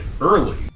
early